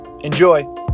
Enjoy